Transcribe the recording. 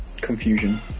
confusion